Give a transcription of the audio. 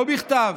לא בכתב.